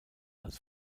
als